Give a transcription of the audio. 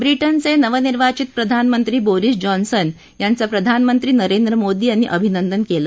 ब्रिटनचे नवनिर्वाचित प्रधानमंत्री बोरिस जॉन्सन यांचं प्रधानमंत्री नरेंद्र मोदी यांनी अभिनंदन केलं